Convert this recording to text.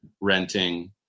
renting